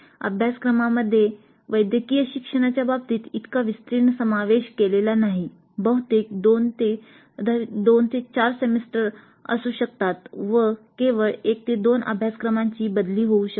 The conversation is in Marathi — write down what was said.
अभ्यासक्रमामध्ये वैद्यकीय शिक्षणाच्या बाबतीत इतका विस्तीर्ण समावेश केलेला नाही बहुतेक 2 ते 4 सेमेस्टर असू शकतात व केवळ १ ते २ अभ्यासक्रमांची बदली होऊ शकते